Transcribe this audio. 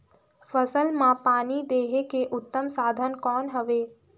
फसल मां पानी देहे के उत्तम साधन कौन हवे?